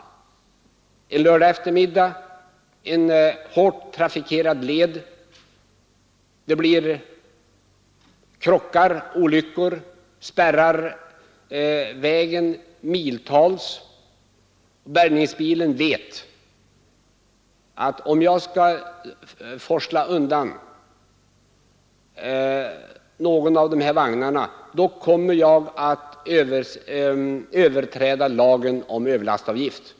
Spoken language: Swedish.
Om det en lördagskväll på en hårt trafikerad led blir krockar och olyckor med spärrar miltals som följd vet föraren av en bärgningsbil att om han skall forsla undan någon av vagnarna kommer han att överträda lagen om överlastavgift.